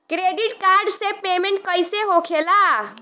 Credit card से payment कईसे होखेला?